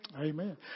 Amen